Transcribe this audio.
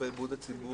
רופאי בריאות הציבור,